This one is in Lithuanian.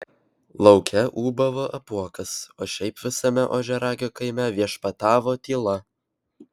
lauke ūbavo apuokas o šiaip visame ožiaragio kaime viešpatavo tyla